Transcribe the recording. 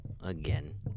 again